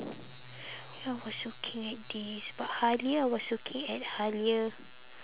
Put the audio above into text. I was looking at this but Halia I was looking at Halia